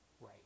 right